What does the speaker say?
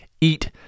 eat